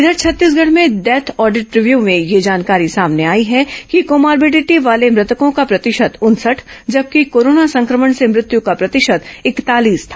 इधर छत्तीसगढ में death audit review में यह जानकारी सामने आई है कि कोमार्बिडिटी वाले मृतकों का प्रतिशत उनसठ जबकि कोरोना संक्रमण से मृत्यु का प्रतिशत इकतालीस था